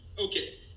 Okay